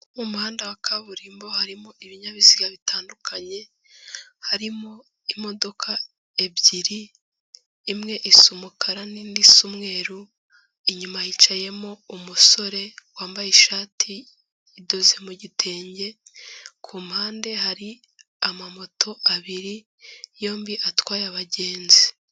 Mu muhanda wa kaburimbo harimo ibinyabiziga bitandukanye. Harimo imodoka ebyiri imwe isa umukara n'indi si umwe, inyuma hicayemo umusore wambaye ishati idoze mu gitenge. Ku mpande hari amamoto abiri yombi atwaye abagenzi.